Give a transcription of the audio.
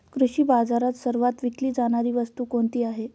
कृषी बाजारात सर्वात विकली जाणारी वस्तू कोणती आहे?